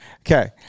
okay